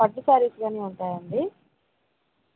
కొత్త శారీస్ కానీ ఉంటాయండి